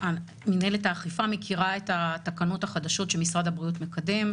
מינהלת האכיפה מכירה את התקנות החדשות שמשרד הבריאות מקדם,